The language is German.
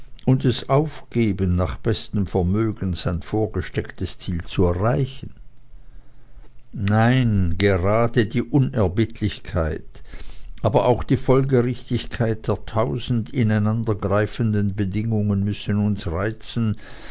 und es aufgeben nach bestem vermögen sein vorgestecktes ziel zu erreichen nein gerade die unerbittlichkeit aber auch die folgerichtigkeit der tausend ineinandergreifenden bedingungen müssen uns reizen